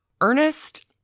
Ernest